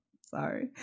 sorry